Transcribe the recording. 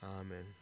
amen